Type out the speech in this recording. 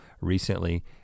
recently